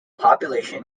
population